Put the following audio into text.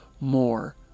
more